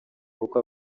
kuko